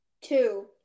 Two